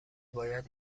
باید